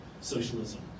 socialism